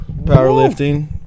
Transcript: powerlifting